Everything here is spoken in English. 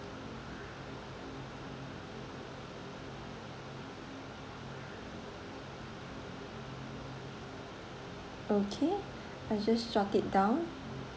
okay I just jot it down